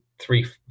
three